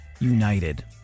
united